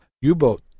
U-boat